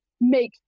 make